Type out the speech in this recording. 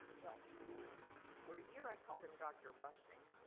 well for a year i called him dr rushing.